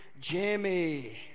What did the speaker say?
Jimmy